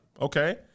Okay